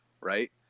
right